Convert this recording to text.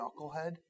knucklehead